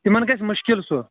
تِمَن گژھِ مُشکِل سُہ